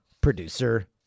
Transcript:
producer